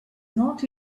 not